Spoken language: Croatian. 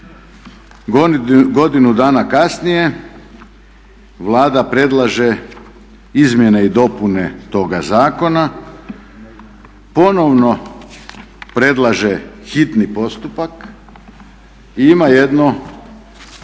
Godinu dana kasnije Vlada predlaže izmjene i dopune toga zakona, ponovno predlaže hitni postupak i ima jedno